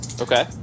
Okay